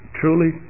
truly